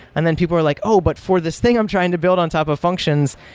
and then people are like, oh! but for this thing i'm trying to build on top of functions,